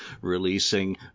releasing